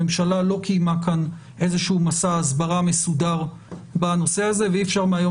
הממשלה לא קיימה כאן איזשהו מסע הסברה מסודר בנושא הזה ואי אפשר מהיום